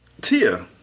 Tia